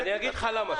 אני אגיד לך למה.